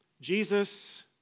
Jesus